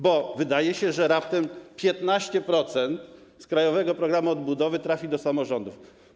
Bo wydaje się, że raptem 15% z krajowego programu odbudowy trafi do samorządów.